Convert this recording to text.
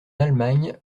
allemagne